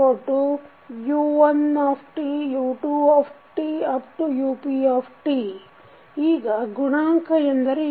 up ಈಗ ಗುಣಾಂಕ ಎಂದರೇನು